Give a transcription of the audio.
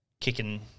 Kicking